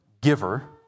giver